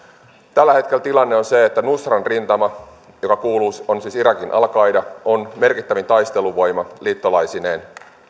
tällä hetkellä tilanne on se että al nusran rintama joka on siis irakin al qaida on merkittävin taisteluvoima liittolaisineen